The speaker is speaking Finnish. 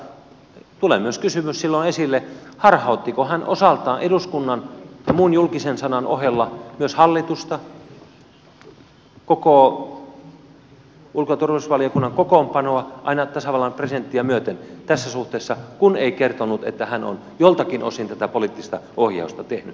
tässä suhteessa tulee silloin esille myös kysymys harhauttiko hän osaltaan eduskunnan ja muun julkisen sanan ohella myös hallitusta koko ulko ja turvallisuusvaliokunnan kokoonpanoa aina tasavallan presidenttiä myöten tässä suhteessa kun ei kertonut että hän on joltakin osin tätä poliittista ohjausta tehnyt